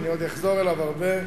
ואני עוד אחזור אליו הרבה,